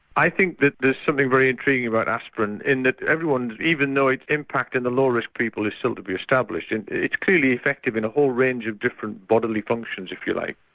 i think that there's something very intriguing about aspirin in that everyone, even though its impact in the lower risk people is still to be established, and it's clearly effective in a whole range of different bodily functions if you like.